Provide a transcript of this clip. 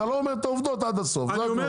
אתה לא אומר את העובדות עד הסוף זה הכל.